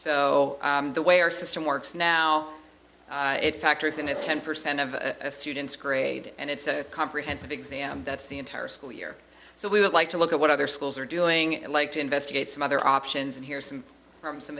so the way our system works now it factors in is ten percent of a students grade and it's a comprehensive exam that's the entire school year so we would like to look at what other schools are doing and like to investigate some other options and hear some from some